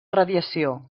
radiació